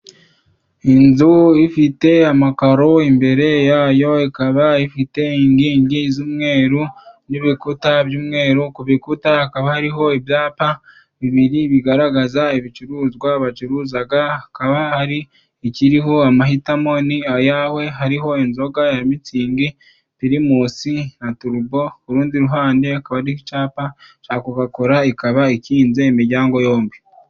Inzu ifite amakaro, imbere yayo ikaba ifite inkingi z'umweru n'ibikuta by'umweru, ku bikuta hakaba hariho ibyapa bibiri bigaragaza ibicuruzwa bacuruza, hakaba hari ikiriho "Amahitamo ni ayawe", hariho inzoga ya Mitsingi, Pirimusi na Turubo, ku rundi ruhande hakaba icyapa cya Coka Cola, ikaba ikinze imiryango yombi.